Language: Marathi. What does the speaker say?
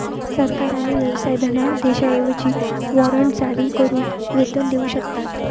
सरकार आणि व्यवसाय धनादेशांऐवजी वॉरंट जारी करून वेतन देऊ शकतात